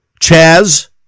Chaz